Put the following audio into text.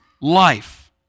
life